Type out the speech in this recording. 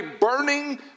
burning